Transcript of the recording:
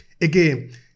Again